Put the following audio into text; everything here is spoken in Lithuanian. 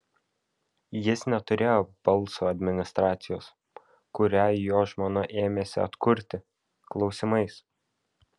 jis neturėjo balso administracijos kurią jo žmona ėmėsi atkurti klausimais